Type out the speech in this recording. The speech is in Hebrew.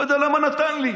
לא יודע למה נתן לי.